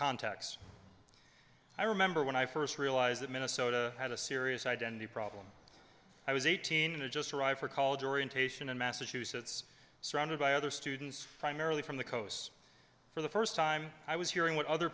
contacts i remember when i first realized that minnesota had a serious identity problem i was eighteen and had just arrived for called orientation in massachusetts surrounded by other students primarily from the coasts for the first time i was hearing what other